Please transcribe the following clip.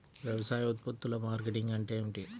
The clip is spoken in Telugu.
వ్యవసాయ ఉత్పత్తుల మార్కెటింగ్ అంటే ఏమిటి?